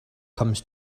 comes